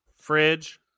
Fridge